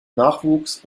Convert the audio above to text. nachwuchs